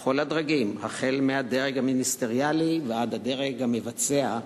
בכל הדרגים, מהדרג המיניסטריאלי ועד הדרג המבצע,